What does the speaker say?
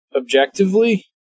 objectively